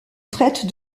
traite